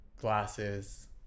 glasses